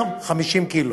ולא מסוגל לסחוב 50 קילו.